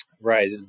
Right